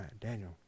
Daniel